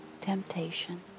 temptation